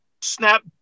snap –